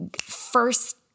first